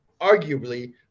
arguably